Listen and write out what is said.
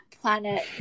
Planet